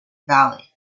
valley